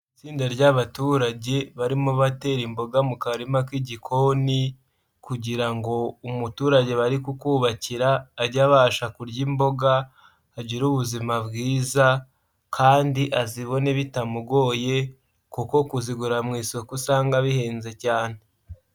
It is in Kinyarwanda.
Itsinda ry'abaturage barimo batera imboga mu karima k'igikoni kugira ngo umuturage bari ku kukubakira ajye abasha kurya imboga, agire ubuzima bwiza kandi azibone bitamugoye kuko kuzigura mu isoko usanga bihenze cyane.